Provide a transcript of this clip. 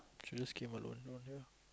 should just came alone not here